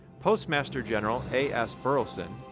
postmaster general, a s. burleson,